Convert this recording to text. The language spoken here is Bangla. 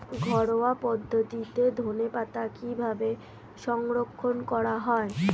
ঘরোয়া পদ্ধতিতে ধনেপাতা কিভাবে সংরক্ষণ করা হয়?